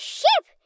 ship